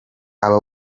aba